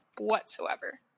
whatsoever